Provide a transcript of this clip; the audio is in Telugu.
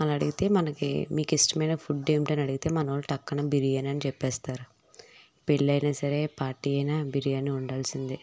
అని అడిగితే మనకి మీకు ఇష్టమైన ఫుడ్ ఏమిటి అని అడిగితే మనోళ్ళు టక్కని బిర్యానీ అని చెప్పేస్తారు పెళ్లైన సరే పార్టీ అయినా బిర్యానీ ఉండాల్సిందే